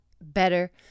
better